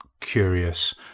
curious